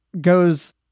goes